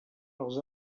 leurs